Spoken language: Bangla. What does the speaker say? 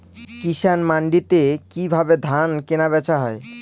কৃষান মান্ডিতে কি ভাবে ধান কেনাবেচা হয়?